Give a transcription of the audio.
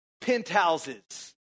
penthouses